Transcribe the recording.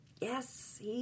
Yes